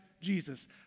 Jesus